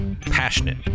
passionate